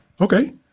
Okay